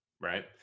right